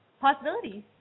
possibilities